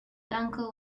uncle